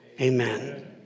amen